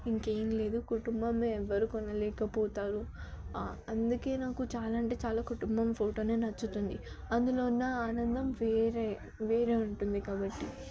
ఇంకేమి లేదు కుటుంబం ఎవరు కొనలేకపోతారు అందుకు నాకు చాలా అంటే చాలా కుటుంబం ఫోటో నచ్చుతుంది అందులో ఉన్న ఆనందం వేరే వేరే ఉంటుంది కాబట్టి